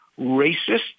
racist